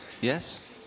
Yes